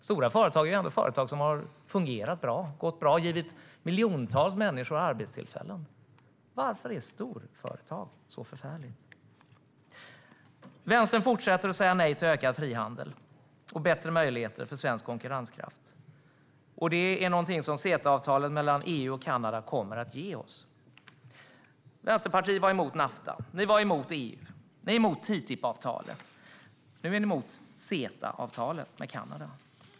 Stora företag är företag som har fungerat bra och givit miljontals människor arbetstillfällen. Varför är storföretag något så förfärligt? Vänstern fortsätter att säga nej till ökad frihandel och bättre möjligheter för svensk konkurrenskraft, vilket är något som CETA-avtalet mellan EU och Kanada kommer att ge oss. Vänsterpartiet var emot Nafta. Ni var emot EU. Ni är emot TTIP-avtalet. Nu är ni emot CETA-avtalet med Kanada.